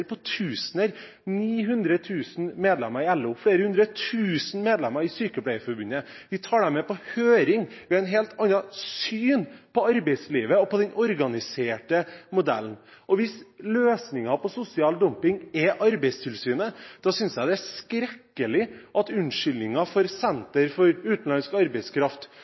på tusener – 900 000 medlemmer i LO, flere hundre tusen medlemmer i Sykepleierforbundet – vi tar dem med på høring. Vi har et helt annet syn på arbeidslivet og på den organiserte modellen. Hvis løsningen på sosial dumping er Arbeidstilsynet, synes jeg det er skrekkelig at unnskyldningen for at Servicesenter for